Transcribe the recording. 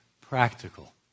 practical